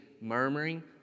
Murmuring